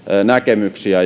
näkemyksiä